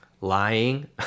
lying